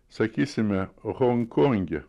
sakysime honkonge